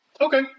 Okay